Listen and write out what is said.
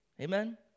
Amen